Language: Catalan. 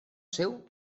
seu